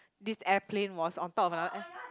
this airplane was on top of another